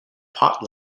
pot